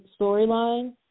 storyline